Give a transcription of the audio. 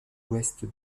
ouest